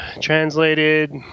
translated